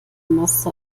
masse